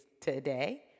today